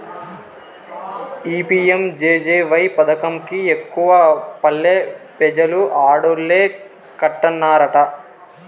ఈ పి.యం.జె.జె.వై పదకం కి ఎక్కువగా పల్లె పెజలు ఆడోల్లే కట్టన్నారట